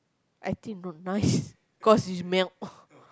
I think not nice cause is melt